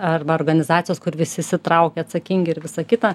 arba organizacijos kur visi įsitraukę atsakingi ir visa kita